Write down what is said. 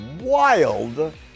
wild